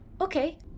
okay